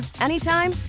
anytime